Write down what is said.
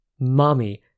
Mommy